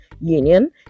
union